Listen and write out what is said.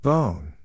Bone